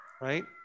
Right